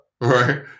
right